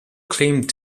claimed